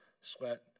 sweat